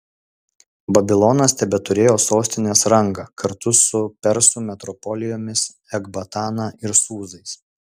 babilonas tebeturėjo sostinės rangą kartu su persų metropolijomis ekbatana ir sūzais